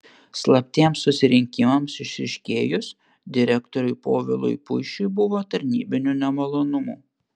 slaptiems susirinkimams išryškėjus direktoriui povilui puišiui buvo tarnybinių nemalonumų